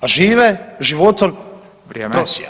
a žive životom [[Upadica: Vrijeme.]] prosjaka.